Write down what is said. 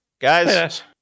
guys